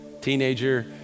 teenager